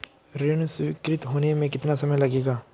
ऋण स्वीकृत होने में कितना समय लगेगा?